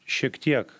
šiek tiek